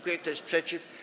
Kto jest przeciw?